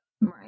Right